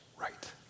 right